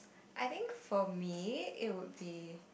I think for me it would be